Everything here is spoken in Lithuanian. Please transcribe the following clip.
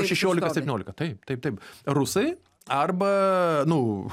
šešiolika septyniolika taip taip taip rusai arba nu